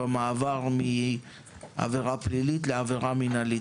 במעבר מעבירה פלילית לעבירה מינהלית.